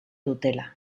dutela